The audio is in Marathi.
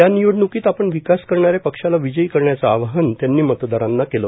या निवडणुकीत आपण विकास करणाऱ्या पक्षाला विजयी करण्याचं आवाहन त्यांनी मतदारांना केलं